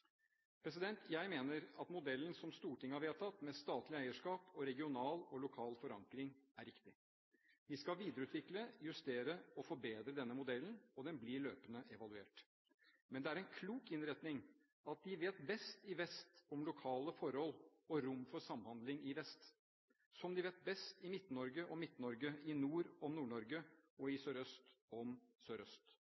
Jeg mener at modellen som Stortinget har vedtatt med statlig eierskap og regional og lokal forankring, er riktig. Vi skal videreutvikle, justere og forbedre denne modellen, og den blir løpende evaluert. Men det er en klok innretning at de vet best i vest om lokale forhold og rom for samhandling i vest – som de vet best i Midt-Norge om Midt-Norge, i nord om Nord-Norge og i